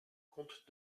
comte